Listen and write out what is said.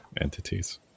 entities